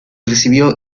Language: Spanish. recibió